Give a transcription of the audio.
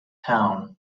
town